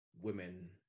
women